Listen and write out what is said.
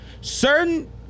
certain